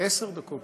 עשר דקות.